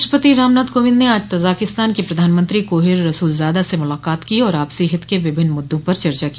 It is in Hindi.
राष्ट्रपति रामनाथ कोविंद ने आज तजाकिस्तान के प्रधानमंत्री कोहिर रसूलजादा से मुलाकात की और आपसी हित के विभिन्न मुद्दों पर चर्चा को